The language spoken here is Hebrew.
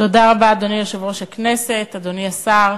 אדוני יושב-ראש הכנסת, תודה רבה, אדוני השר,